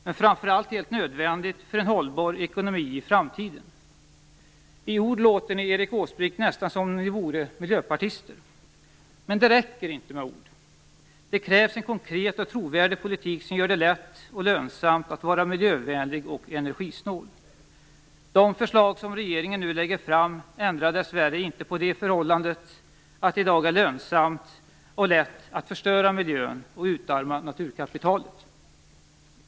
Framför allt är detta helt nödvändigt för att få en hållbar ekonomi i framtiden. I ord låter det, Erik Åsbrink, nästan som om ni var miljöpartister. Det räcker dock inte med ord, utan det krävs också en konkret och trovärdig politik som gör det lätt och lönsamt att vara miljövänlig och energisnål. De förslag som regeringen nu lägger fram ändrar dess värre inte på det faktum att det i dag är lönsamt och lätt att förstöra miljön och utarma naturkapitalet.